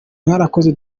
warakoze